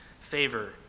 favor